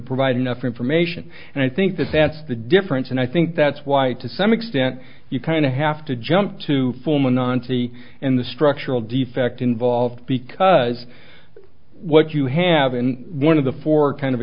provide enough information and i think that that's the difference and i think that's why to some extent you kind of have to jump to form a ninety in the structural defect involved because what you have in one of the four kind of